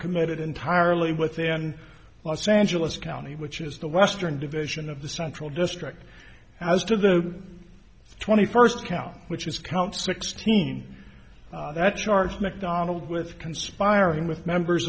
committed entirely within los angeles county which is the western division of the central district as to the twenty first count which is count sixteen that charge mcdonald with conspiring with members